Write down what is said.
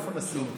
איפה נשים?